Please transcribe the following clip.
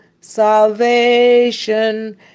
salvation